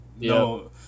no